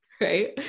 right